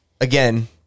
again